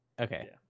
Okay